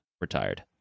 retired